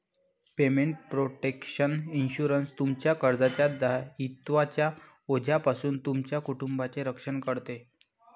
payment protection insurance, तुमच्या कर्जाच्या दायित्वांच्या ओझ्यापासून तुमच्या कुटुंबाचे रक्षण करते